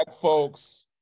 folks